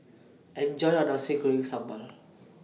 Enjoy your Nasi Goreng Sambal